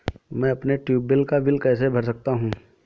मैं अपने ट्यूबवेल का बिल कैसे भर सकता हूँ?